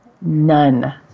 None